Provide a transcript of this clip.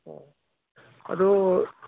ꯑꯗꯣ